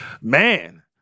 man